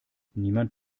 niemand